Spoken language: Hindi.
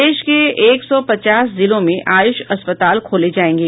देश के एक सौ पचास जिलों में आयुष अस्पताल खोले जाएंगे